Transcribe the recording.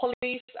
police